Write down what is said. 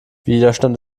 widerstand